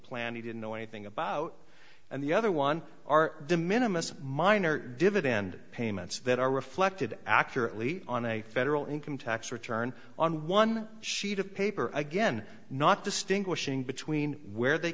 plan he didn't know anything about and the other one are de minimus minor dividend payments that are reflected accurately on a federal income tax return on one sheet of paper again not distinguishing between where they